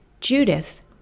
Judith